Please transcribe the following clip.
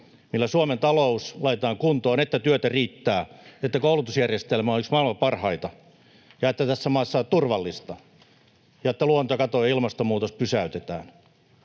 millä Suomen talous laitetaan kuntoon, että työtä riittää, että koulutusjärjestelmä olisi maailman parhaita ja että tässä maassa on turvallista ja että luontokato ja ilmastonmuutos pysäytetään.